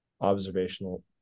observational